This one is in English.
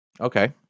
okay